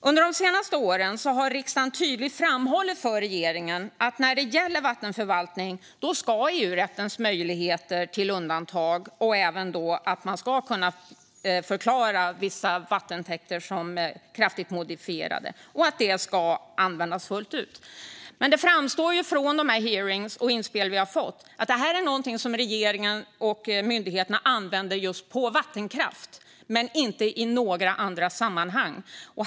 Under de senaste åren har riksdagen tydligt framhållit för regeringen att när det gäller vattenförvaltning ska EU-rättens möjligheter till undantag och även förklarande av vissa vattentäkter som kraftigt modifierade användas fullt ut. Det framgår dock från hearingarna och de inspel vi har fått att det här är någonting som regeringen och myndigheterna använder just på vattenkraft men inte i några andra sammanhang.